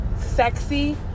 sexy